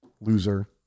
loser